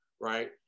right